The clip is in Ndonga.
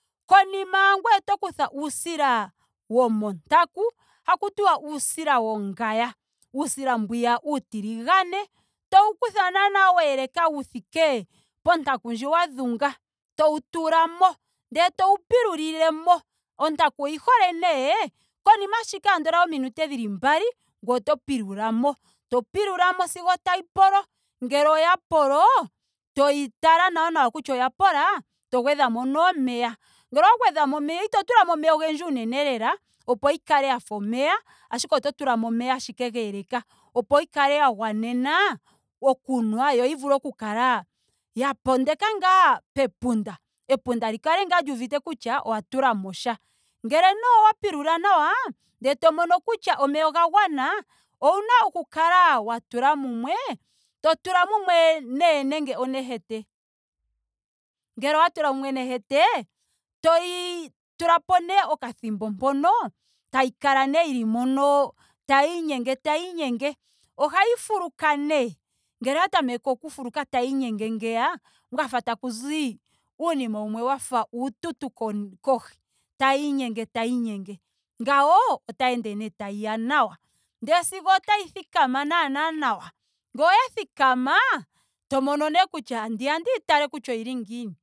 Konima ngoye oto kutha uusila womontaku. haku tiwa uusila wongaya. Uusila mbwiya uutiligane. towu kutha naana weeleka wu thike pontaku ndji wa dhunga. twou tulamo. towu pilulilemo. Ontaku oyi hole nee konima ashike ngeno yominute dhili mbali ngweye otopilulamo. To pilulamo sigo tayi polo. Ngele oya polo. toyi tala nawa nawa ngele oya pola to gwedhamo nee omeya. Ngele owa gwedhamo omeya ito tulamo omeya ogendji unene lela opo yi kale yafa omeya ashike oto tulamo ashike omeya ashike geeleka opo yi kale ya gwanena okunwa. yo yi kale ya pondeka ngaa pepunda. Epunda li kale ngaa lyuuvite kutya owa tulamo sha. Ngele nee owa pilula nawa ndele to mono kutya omeya oga gwana. owuna oku kala wa tula mumwe. to tula mumwe nee nenge onehete. Ngele owa tula mumwe nehete toyi tulapo nee okathimbo mpono tayi kala nee yili mono tayiinyenge tayiinyenge. Ohayi fuluka nee. Ngele oya tameke oku fuluka tayiinyenge ngeya kwafa takuzi uunina wumwe wafa uututu konim kohi. tayiinyenge tayiinyenge. ngawo otayi ende nee tayiya nawa. Ndelesigo otayi thikama naana nawa. Ngele oya thikama to mono nee kutya andiya ndiyi tale kutya oyii ngiini